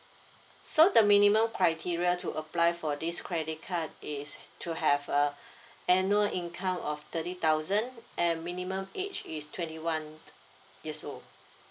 so the minimum criteria to apply for this credit card is to have a annual income of thirty thousand and minimum age is twenty one years old